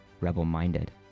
rebel-minded